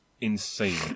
insane